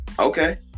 Okay